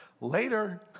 Later